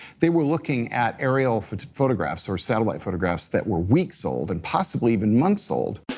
they were looking at aerial photographs or satellite photographs that were weeks old and possibly even months old.